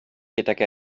gydag